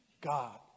God